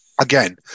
Again